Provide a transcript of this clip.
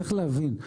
צריך להבין,